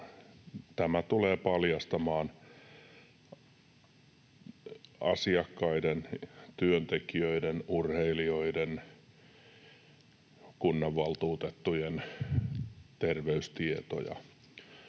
tämä tulee paljastamaan asiakkaiden, työntekijöiden, urheilijoiden ja kunnanvaltuutettujen terveystietoja.